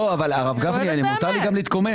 לא, אבל, הרב גפני, מותר לי גם להתקומם.